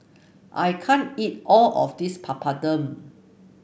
I can't eat all of this Papadum